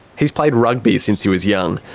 he's played rugby since he was young,